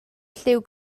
lliw